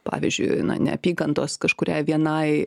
pavyzdžiui neapykantos kažkurią vienai